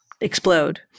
explode